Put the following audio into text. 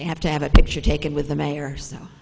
they have to have a picture taken with the mayor so